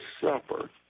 Supper